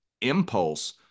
impulse